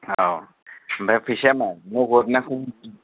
औ ओमफ्राय फैसाया मा नगद ना गुगुल पे